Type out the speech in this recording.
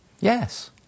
Yes